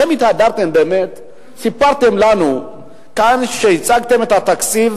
אתם סיפרתם לנו כאן כשהצגתם את התקציב